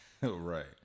Right